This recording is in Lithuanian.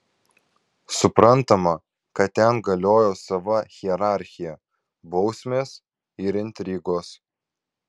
suprantama kad ten galiojo sava hierarchija bausmės ir intrigos